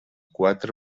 quatre